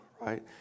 right